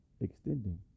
extending